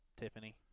Tiffany